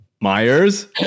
Myers